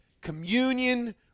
communion